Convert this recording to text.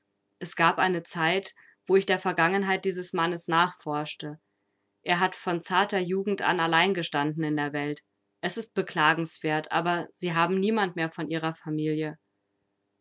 es gab eine zeit wo ich der vergangenheit dieses mannes nachforschte er hat von zarter jugend an allein gestanden in der welt es ist beklagenswert aber sie haben niemand mehr von ihrer familie